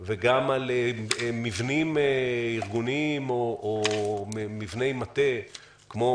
וגם על מבנים ארגוניים או מבני מטה כמו